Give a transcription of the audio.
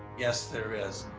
yes there is.